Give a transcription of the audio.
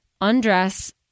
undress